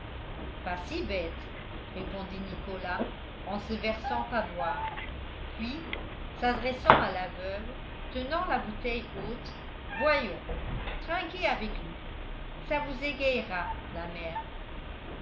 pas si bête répondit nicolas en se versant à boire puis s'adressant à la veuve tenant la bouteille haute voyons trinquez avec nous ça vous égaiera la mère